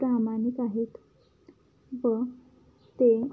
प्रामाणिक आहेत व ते